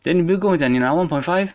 then 你不是跟我讲你拿 one point five